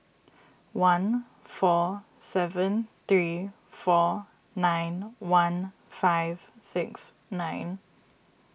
one four seven three four nine one five six nine